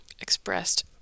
expressed